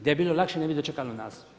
Da je bilo lakše, ne bi dočekalo nas.